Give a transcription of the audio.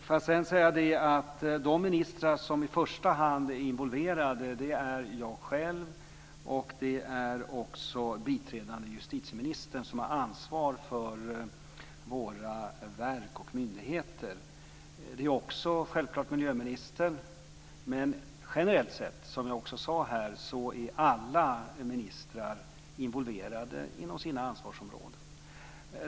Får jag sedan säga att de ministrar som i första hand är involverade är jag själv och biträdande justitieministern, som har ansvar för våra verk och myndigheter. Det är självklart också miljöministern. Generellt sett, som jag också sade, är alla ministrar involverade inom sina ansvarsområden.